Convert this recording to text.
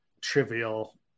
trivial